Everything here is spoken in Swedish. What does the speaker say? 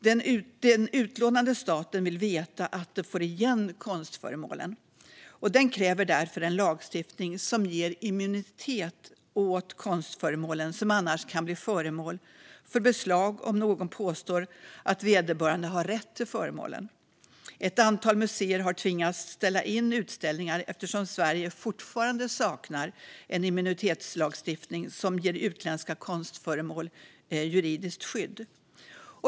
Den utlånande staten vill veta att den får igen konstföremålen. Den kräver därför en lagstiftning som ger immunitet åt konstföremålen, som annars kan bli föremål för beslag om någon påstår att vederbörande har rätt till föremålen. Ett antal museer har tvingats ställa in utställningar eftersom Sverige fortfarande saknar en immunitetslagstiftning som ger utländska konstföremål juridiskt skydd.